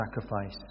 sacrifice